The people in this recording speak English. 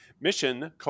Mission